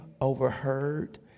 overheard